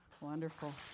Wonderful